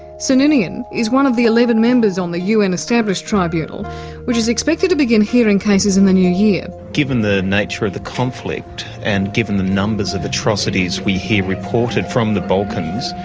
sir ninian is one of the eleven members on the un-established tribunal which is expected to begin hearing cases in the new year. given the nature of the conflict and given the numbers of atrocities we hear reported from the balkans,